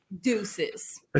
Deuces